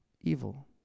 evil